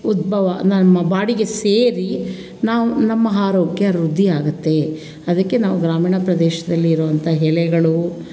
ಉದ್ಭವ ನಮ್ಮ ಬಾಡಿಗೆ ಸೇರಿ ನಾವು ನಮ್ಮ ಆರೋಗ್ಯ ವೃದ್ಧಿ ಆಗುತ್ತೆ ಅದಕ್ಕೆ ನಾವು ಗ್ರಾಮೀಣ ಪ್ರದೇಲ್ಲಿರುವಂತ ಎಲೆಗಳು